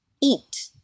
Eat